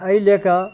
एहि लअ कऽ